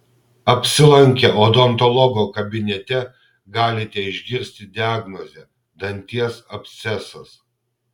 apsilankę odontologo kabinete galite išgirsti diagnozę danties abscesas